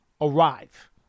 arrive